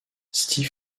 steve